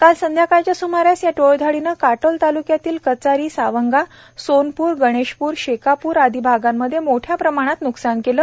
काल सायंकाळच्या सुमारास या टोळधाडीने काटोल तालुक्यातील कचारी सावंगा सोनपूर गणेशपूर शेकापूर आदी भागांमध्ये मोठ्या प्रमाणात नुकसान केले